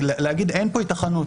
להגיד: אין פה היתכנות,